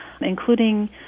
including